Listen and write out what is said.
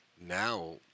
Now